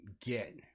get